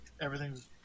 Everything's